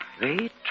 Wait